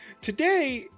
today